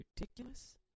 ridiculous